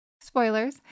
spoilers